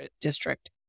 District